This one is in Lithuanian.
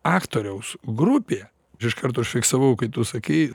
aktoriaus grupė aš iš karto užfiksavau kai tu sakei